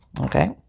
Okay